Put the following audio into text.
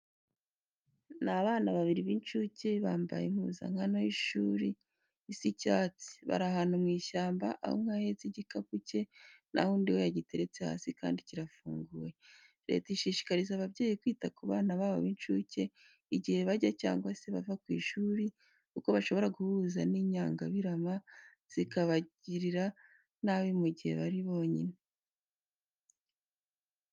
Ni abana babiri b'incuke bambaye impuzankano y'ishuri isa icyatsi. Bari ahanu mu ishyamba, aho umwe ahentse igikapu cye naho undi we giteretse hasi kandi kirafunguye. Leta ishishikariza ababyeyi kwita ku bana babo b'incuke igihe bajya cyangwa se bava ku ishuri kuko bashobora guhura n'inyangabirama zikabagirira nabi mu guhe bari binyine.